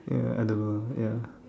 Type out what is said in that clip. ya I don't know ya